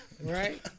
right